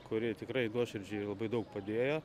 kuri tikrai nuoširdžiai labai daug padėjo